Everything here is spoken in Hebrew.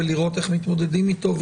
לראות איך מתמודדים איתו.